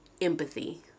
empathy